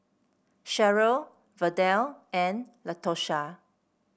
Cheryl Verdell and Latosha